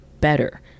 better